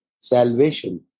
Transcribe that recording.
salvation